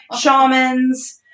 shamans